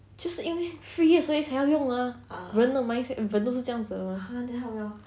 是因为 free ah 所以才要用 ah 人的 mindset 人都是这样子的 mah